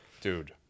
Dude